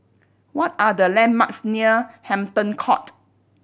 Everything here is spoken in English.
what are the landmarks near Hampton Court